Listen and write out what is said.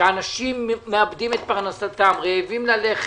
שאנשים מאבדים את פרנסתם, רעבים ללחם,